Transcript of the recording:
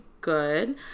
good